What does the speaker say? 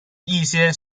一些